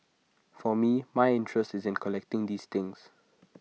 for me my interest is in collecting these things